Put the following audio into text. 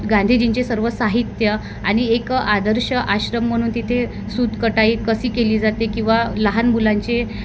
गांधीजींचे सर्व साहित्य आणि एक आदर्श आश्रम म्हणून तिथे सूतकताई कशी केली जाते किंवा लहान मुलांचे